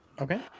Okay